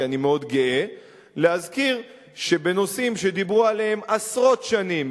כי אני מאוד גאה להזכיר שבנושאים שדיברו עליהם עשרות שנים,